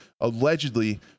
allegedly